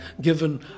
given